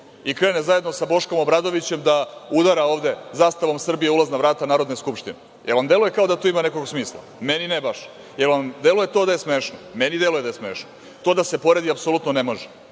i krene zajedno sa Boškom Obradovićem da udara ovde zastavom Srbije ulazna vrata Narodne skupštine, da li vam deluje kao da to ima nekog smisla? Meni ne baš. Da li vam deluje da je to smešno? Meni deluje da je smešno. To da se poredi apsolutno ne može,